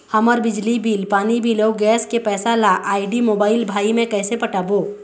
हमर बिजली बिल, पानी बिल, अऊ गैस के पैसा ला आईडी, मोबाइल, भाई मे कइसे पटाबो?